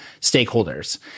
stakeholders